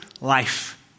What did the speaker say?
Life